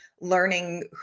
learning